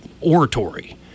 oratory